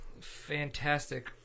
fantastic